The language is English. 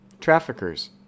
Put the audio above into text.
Traffickers